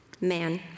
man